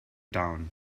town